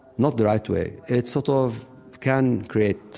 not the right way, it sort of can create